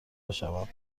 بشوم